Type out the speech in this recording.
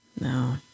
no